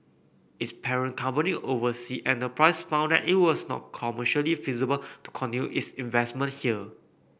its parent company Oversea Enterprise found that it was not commercially feasible to continue its investment here